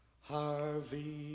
Harvey